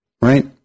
right